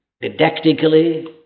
didactically